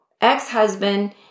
ex-husband